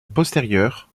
postérieure